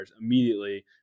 immediately